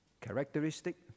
characteristic